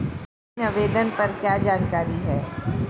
ऋण आवेदन पर क्या जानकारी है?